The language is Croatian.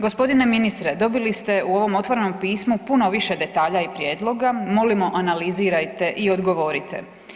G. ministre, dobili ste u ovom otvorenom pismu puno više detalja i prijedloga, molimo analizirajte i odgovorite.